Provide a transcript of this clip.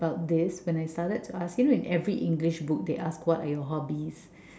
about this when I started to ask you know in every English book they ask what are your hobbies